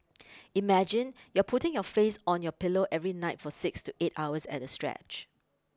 imagine you're putting your face on your pillow every night for six to eight hours at a stretch